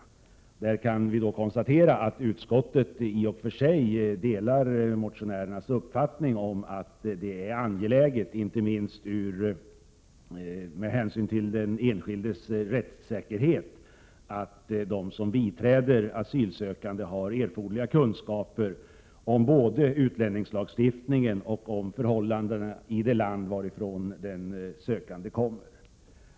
I det fallet kan vi konstatera att utskottet i och för sig delar motionärernas uppfattning om att det är angeläget, inte minst med hänsyn till den enskildes rättssäkerhet, att de som biträder asylsökande har erforderliga kunskaper om både utlänningslagstiftningen och förhållandena i det land varifrån den sökande kommer.